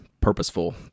purposeful